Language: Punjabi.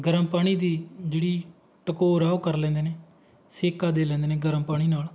ਗਰਮ ਪਾਣੀ ਦੀ ਜਿਹੜੀ ਟਕੋਰ ਆ ਉਹ ਕਰ ਲੈਂਦੇ ਨੇ ਸੇਕਾ ਦੇ ਲੈਂਦੇ ਨੇ ਗਰਮ ਪਾਣੀ ਨਾਲ